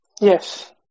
Yes